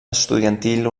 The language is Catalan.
estudiantil